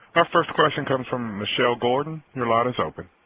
our first question comes from michelle gordon your line is open.